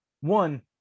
one